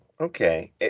okay